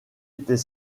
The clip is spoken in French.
était